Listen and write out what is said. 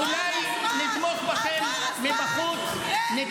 אולי נתמוך בכם מבחוץ, עבר הזמן, עבר הזמן.